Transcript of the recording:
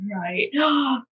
Right